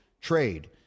trade